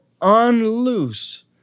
unloose